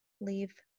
leave